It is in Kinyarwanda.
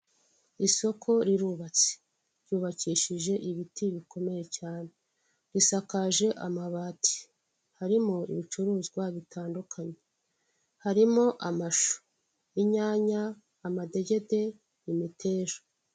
Isoko rirubatse ryubakishije ibiti bikomeye cyane risakaje amabati, harimo ibicuruzwa bitandukanye harimo amashu, inyanya, amadegede, imeteja.